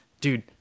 dude